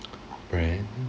brand